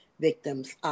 victims